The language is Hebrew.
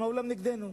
העולם נגדנו,